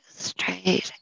straight